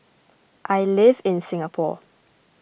I live in Singapore